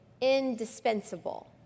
Indispensable